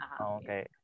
Okay